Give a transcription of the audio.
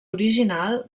original